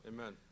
Amen